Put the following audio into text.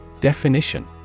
Definition